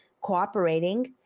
cooperating